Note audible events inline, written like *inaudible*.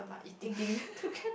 eating *laughs*